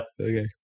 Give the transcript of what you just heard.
Okay